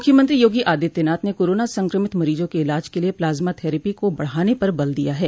मुख्यमंत्री योगी आदित्यनाथ ने कोरोना संक्रमित मरीजों के इलाज के लिये प्लाज्मा थेरेपी को बढ़ाने पर बल दिया है